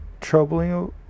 troubling